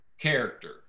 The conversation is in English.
character